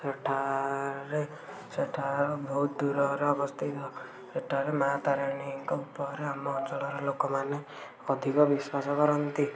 ସେଠାରେ ସେଠାର ବହୁତ ଦୂରର ଅବସ୍ଥିତ ସେଠାରେ ମାଁ ତାରିଣୀଙ୍କ ପରେ ଆମ ଅଞ୍ଚଳର ଲୋକମାନେ ଅଧିକ ବିଶ୍ୱାସ କରନ୍ତି